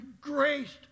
graced